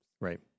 Right